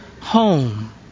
home